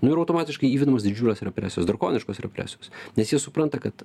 nu ir automatiškai įvedamos didžiulės represijos drakoniškos represijos nes jie supranta kad